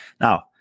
Now